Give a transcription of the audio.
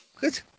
Good